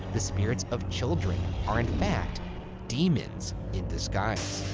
the spirits of children are in fact demons in disguise.